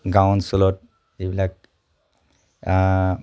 গাঁও অঞ্চলত এইবিলাক